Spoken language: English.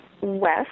west